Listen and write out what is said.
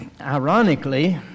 ironically